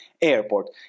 airport